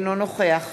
אינו נוכח